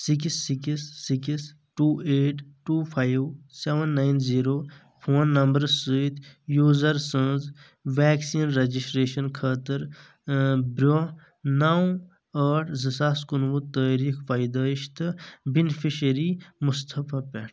six six six two eight two five seven nine zero phone نمبرٕ سۭتۍ user سٕنٛز vaccine registration خٲطر برونٛہہ نو ٲٹھ زٕ ساس کنوُہ تٲریٖخ پیدٲیش تہٕ بینِفیشری مُصطفیٰ پٮ۪ٹھ